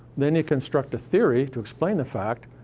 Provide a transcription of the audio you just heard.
then you construct a theory to explain the fact,